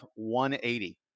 180